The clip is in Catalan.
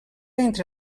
entre